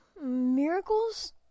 miracles